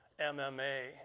MMA